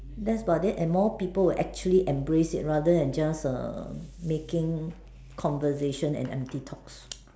that's about it and more people will actually embrace it rather than just uh making conversations and empty talks